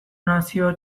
nazio